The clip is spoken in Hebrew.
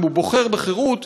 אם הוא בוחר בחירות,